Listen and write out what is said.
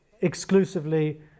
exclusively